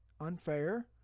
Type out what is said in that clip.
unfair